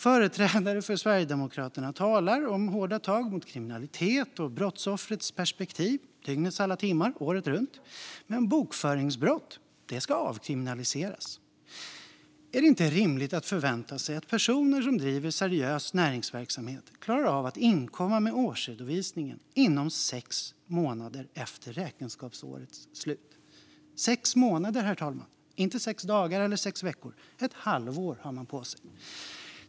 Företrädare för Sverigedemokraterna talar om hårda tag mot kriminalitet och om brottsoffrets perspektiv dygnets alla timmar, året runt. Men bokföringsbrott ska avkriminaliseras. Är det inte rimligt att förvänta sig att personer som driver seriös näringsverksamhet klarar av att inkomma med årsredovisningen inom sex månader efter räkenskapsårets slut? Det handlar om sex månader, herr talman, inte sex dagar eller sex veckor. Ett halvår har man på sig.